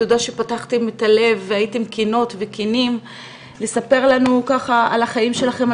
תודה שפתחתם את הלב והייתם כנות וכנים לספר לנו ככה על החיים שלכם,